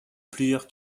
plusieurs